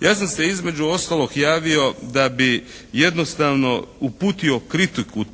Ja sam se između ostalog javio da bi jednostavno uputio kritiku